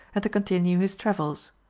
and to continue his travels.